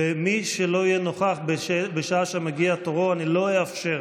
ומי שלא יהיה נוכח בשעה שמגיע תורו, אני לא אאפשר.